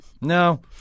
No